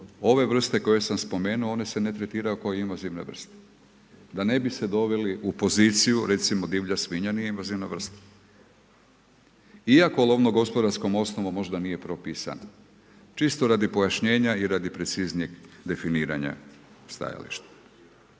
ove vrste koje sam spomenuo, one se ne tretiraju kao invazivne vrste, da ne bi se doveli u poziciju, recimo divlja svinja nije invazivna vrsta. Iako lovno gospodarskom osnovom možda nije propisano. Čisto radi pojašnjenja i radi preciznijeg definiranja stajališta.